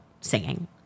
singing